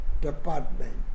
department